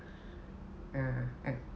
ya right